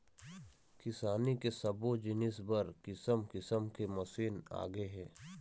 किसानी के सब्बो जिनिस बर किसम किसम के मसीन आगे हे